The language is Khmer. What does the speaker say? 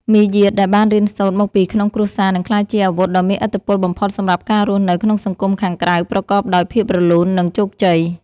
មារយាទដែលបានរៀនសូត្រមកពីក្នុងគ្រួសារនឹងក្លាយជាអាវុធដ៏មានឥទ្ធិពលបំផុតសម្រាប់ការរស់នៅក្នុងសង្គមខាងក្រៅប្រកបដោយភាពរលូន និង ជោគជ័យ។